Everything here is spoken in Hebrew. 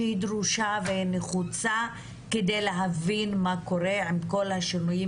שדרושה ונחוצה כדי להבין מה קורה עם כל השינויים